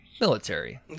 Military